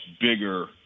bigger